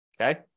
Okay